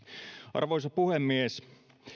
arvoisa puhemies